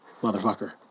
motherfucker